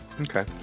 Okay